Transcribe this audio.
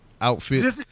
outfit